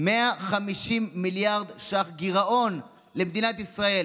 150 מיליארד ש"ח גירעון למדינת ישראל,